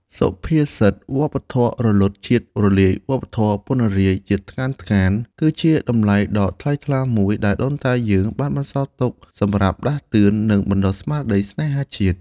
សុភាសិត «វប្បធម៌រលត់ ជាតិរលាយ វប្បធម៌ពណ្ណរាយ ជាតិថ្កើងថ្កាន» គឺជាមរតកដ៏ថ្លៃថ្លាមួយដែលដូនតាយើងបានបន្សល់ទុកសម្រាប់ដាស់តឿន និងបណ្ដុះស្មារតីស្នេហាជាតិ។